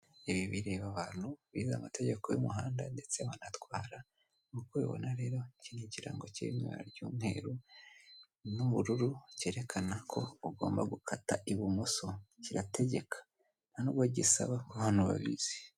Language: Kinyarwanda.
Eee bireba abantu bize amategeko y'umuhanda ndetse banatwara. Nkuko ubibona rero iki ni ikirango kirimo ibara ry'umweru n'ubururu cyerekana ko ugoma gukata ibumoso, kirategeka ntanubwo gisaba ku bantu babizi.